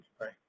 Right